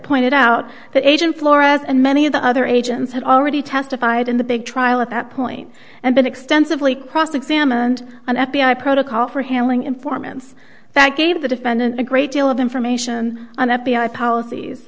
pointed out that agent flores and many of the other agents had already testified in the big trial at that point and been extensively cross examined on f b i protocol for handling informants that gave the defendant a great deal of information on f b i policies